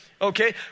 okay